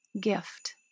gift